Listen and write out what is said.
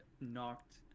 knocked